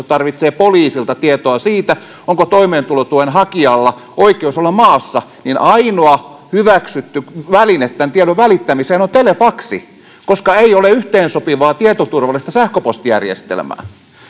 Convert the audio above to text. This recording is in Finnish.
tarvitsee poliisilta tietoa siitä onko toimeentulotuen hakijalla oikeus olla maassa niin ainoa hyväksytty väline tämän tiedon välittämiseen on telefaksi koska ei ole yhteensopivaa tietoturvallista sähköpostijärjestelmää